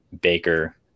Baker